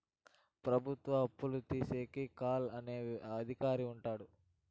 ప్రభుత్వ అప్పులు చూసేకి కాగ్ అనే అధికారి ఉంటాడు